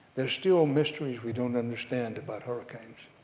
there's still mysteries we don't understand about hurricanes.